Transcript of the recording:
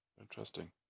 interesting